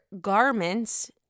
garments